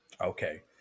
Okay